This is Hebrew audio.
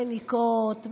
מניקות,